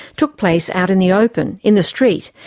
took place out in the open, in the street,